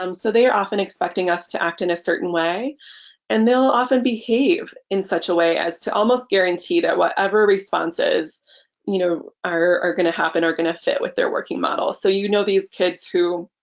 um so they are often expecting us to act in a certain way and they'll often behave in such a way as to almost guarantee that whatever responses you know are are gonna happen are gonna fit with their working models. so you know these kids who